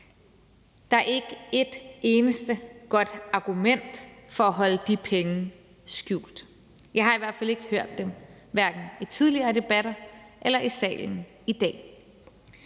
Der er ikke et eneste godt argument for at holde de penge skjult. Jeg har i hvert fald ikke hørt nogen, hverken i tidligere debatter eller i salen i dag.